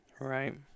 Right